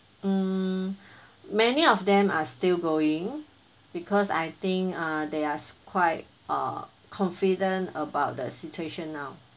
um many of them are still going because I think uh there's quite uh confident about the situation now